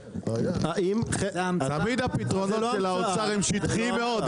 תמיד הפתרונות של האוצר הם שטחיים מאוד,